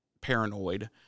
paranoid